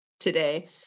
today